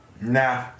nah